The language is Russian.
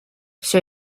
все